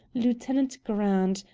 lieutenant grant,